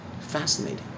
Fascinating